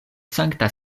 sankta